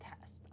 test